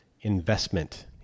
investment